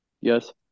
Yes